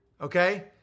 Okay